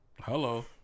Hello